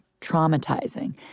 traumatizing